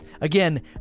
again